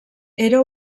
era